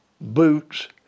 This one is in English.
boots